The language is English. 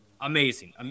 amazing